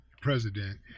president